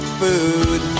food